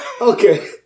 Okay